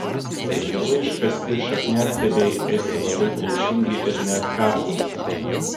per vėlai iškasti šakniastiebiai esti labai plaušingi ir net kartūs